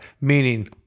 meaning